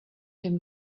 him